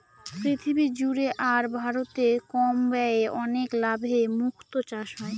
পৃথিবী জুড়ে আর ভারতে কম ব্যয়ে অনেক লাভে মুক্তো চাষ হয়